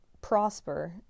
prosper